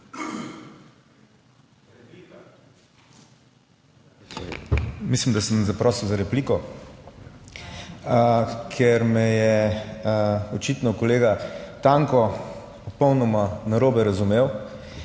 Mislim, da sem zaprosil za repliko, ker me je očitno kolega Tanko popolnoma narobe razumel.